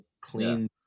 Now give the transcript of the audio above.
clean